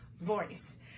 voice